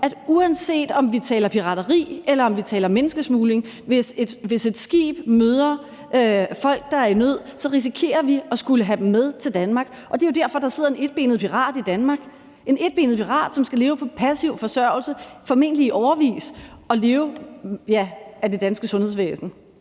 uanset om vi taler om pirateri eller om vi taler om menneskesmugling, at hvis et skib møder folk, der er i nød, så risikerer vi at skulle have dem med til Danmark, og det er jo derfor, der sidder en etbenet pirat i Danmark – en etbenet pirat, som skal leve på passiv forsørgelse, formentlig i årevis, og leve af det danske sundhedsvæsen.